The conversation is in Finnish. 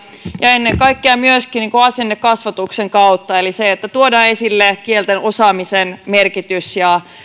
ja ennen kaikkea myöskin asennekasvatuksen kautta eli sen että tuodaan esille kielten osaamisen merkitys ja